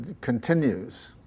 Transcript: continues